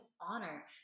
honor